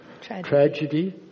Tragedy